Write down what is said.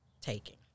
taking